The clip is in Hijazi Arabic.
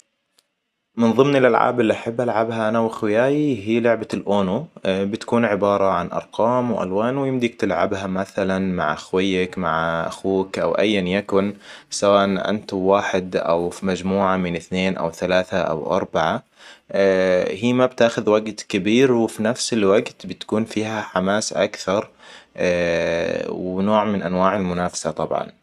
من ضمن الألعاب اللي أحب العبها أنا وأخوياي هي لعبة الاونو بتكون عبارة عن أرقام وألوان ويمديك تلعبها مثلاً مع خويك مع أخوك او اياً يكن سواء انت وواحد او فمجموعة من اثنين او ثلاثة او أربعة هي ما بتاخذ وقت كبير وفي نفس الوقت بيكون فيها حماس أكتر ونوع من انواع االمنافسه طبعاً